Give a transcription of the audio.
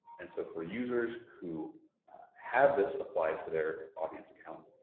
and so for users who have this applied to their audience account,